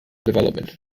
development